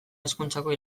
hezkuntzako